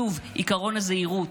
שוב, עקרון הזהירות.